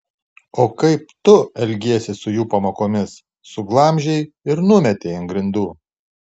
o kaip tu elgiesi su jų pamokomis suglamžei ir numetei ant grindų